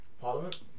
Parliament